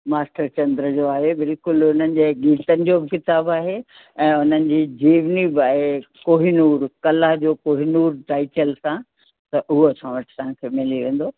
master Chandra जो आहे बिल्कुलु उन्हनि जे गीतनि जो बि किताब आहे ऐं उन्हनि जी जीवनी बि आहे कोहिनूर कला जो कोहिनूर टाईटल सां त उहो असां वटि तव्हां खे मिली वेंदो